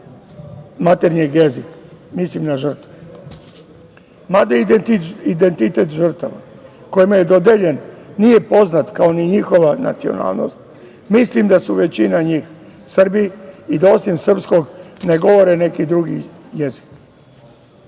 maternjeg jezika, mislim na žrtve. Mada identitet tih žrtava, kojima je dodeljen nije poznat kao ni njihova nacionalnost, mislim da su većina njih Srbi i da osim srpskog ne govore neki drugi jezik.